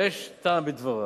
ויש טעם בדבריו.